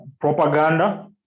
propaganda